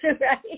right